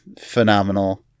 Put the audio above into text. phenomenal